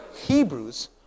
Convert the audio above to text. Hebrews